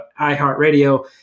iHeartRadio